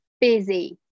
busy